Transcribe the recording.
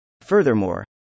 Furthermore